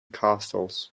castles